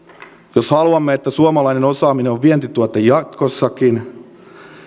jos haluamme että suomalainen osaaminen on vientituote jatkossakin